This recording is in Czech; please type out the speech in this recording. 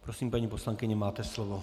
Prosím, paní poslankyně, máte slovo.